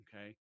Okay